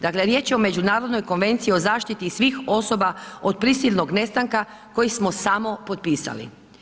Dakle, riječ je o Međunarodnoj konvenciji o zaštiti svih osoba od prisilnog nestanka koji smo samo potpisali.